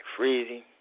Freezy